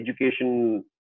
education